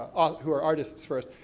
um who are artists first.